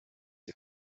die